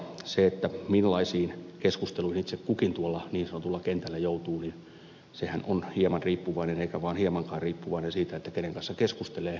se millaisiin keskusteluihin itse kukin tuolla niin sanotulla kentällä joutuu sehän on hieman riippuvainen siitä eikä vaan hiemankaan kenen kanssa keskustelee